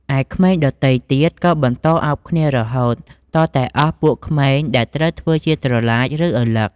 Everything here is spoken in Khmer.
ឯក្មេងដទៃទៀតក៏បន្តអោបគ្នារហួត ទាល់តែអស់ពួកក្មេងដែលត្រូវធ្វើជាត្រឡាច ឬ ឪឡឹក ។